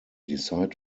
decide